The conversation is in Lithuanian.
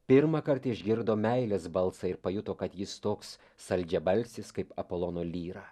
pirmąkart išgirdo meilės balsą ir pajuto kad jis toks saldžiabalsis kaip apolono lyra